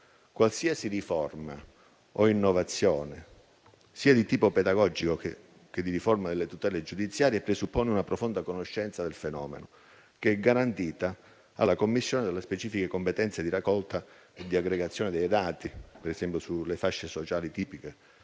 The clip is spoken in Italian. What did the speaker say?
Qualsiasi riforma o innovazione sul piano sia pedagogico, sia delle tutele giudiziarie, presuppone una profonda conoscenza del fenomeno, che è garantita alla Commissione dalle specifiche competenze di raccolta e aggregazione dei dati, per esempio sulle fasce sociali tipiche